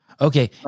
Okay